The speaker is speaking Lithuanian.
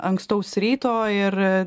ankstaus ryto ir